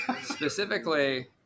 Specifically